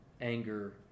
anger